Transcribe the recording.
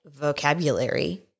vocabulary